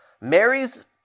Mary's